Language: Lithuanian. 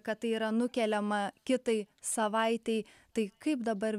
kad tai yra nukeliama kitai savaitei tai kaip dabar